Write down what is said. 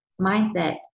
mindset